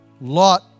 lot